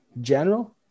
general